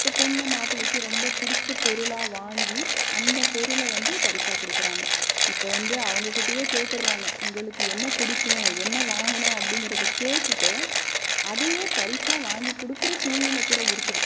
இப்போ பொண்ணு மாப்பிள்ளைக்கு ரொம்ப பிடிச்ச பொருளாக வாங்கி அந்த பொருளை வந்து பரிசாக கொடுக்குறாங்க இப்போ வந்து அவங்கக்கிட்டயே கேட்டுடறாங்க உங்களுக்கு என்ன பிடிக்கும் என்ன வாங்கணு அப்படிங்கறத கேட்டுட்டு அதையே பரிசாக வாங்கி கொடுக்குற சூழ்நிலை கூட இருக்குது